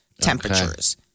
temperatures